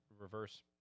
Reverse